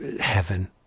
heaven